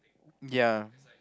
ya